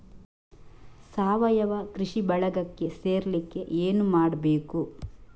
ಸಾವಯವ ಕೃಷಿ ಬಳಗಕ್ಕೆ ಸೇರ್ಲಿಕ್ಕೆ ಏನು ಮಾಡ್ಬೇಕು?